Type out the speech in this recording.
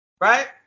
Right